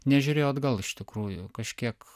nežiūrėjau atgal iš tikrųjų kažkiek